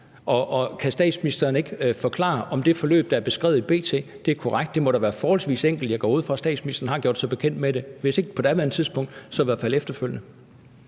Og kan statsministeren ikke forklare, om det forløb, der er beskrevet i B.T., er korrekt? Det må da være forholdsvis enkelt, og jeg går ud fra, at statsministeren har gjort sig bekendt med det, hvis ikke på daværende tidspunkt, så i hvert fald efterfølgende.